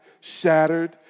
shattered